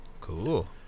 cool